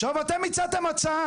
עכשיו, אתם הצעתם הצעה.